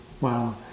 wow